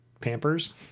pampers